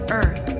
earth